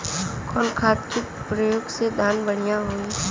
कवन खाद के पयोग से धान बढ़िया होई?